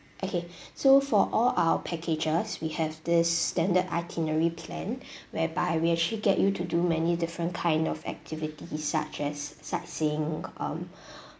okay so for all our packages we have this standard itinerary plan whereby we actually get you to do many different kind of activities such as sightseeing um